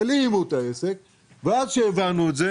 הלאימו את העסק וכאשר הבנו את זה,